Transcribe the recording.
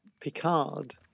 Picard